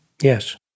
Yes